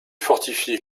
fortifier